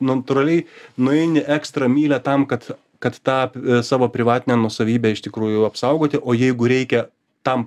natūraliai nueini ekstra mylią tam kad kad tą savo privatinę nuosavybę iš tikrųjų apsaugoti o jeigu reikia tam